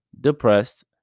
depressed